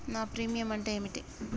నా ప్రీమియం అంటే ఏమిటి?